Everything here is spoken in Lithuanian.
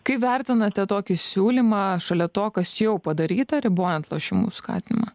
kaip vertinate tokį siūlymą šalia to kas čia jau padaryta ribojant lošimų skatinimą